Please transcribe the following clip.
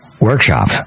workshop